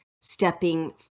stepping